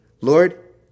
Lord